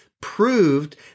proved